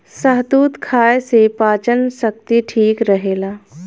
शहतूत खाए से पाचन शक्ति ठीक रहेला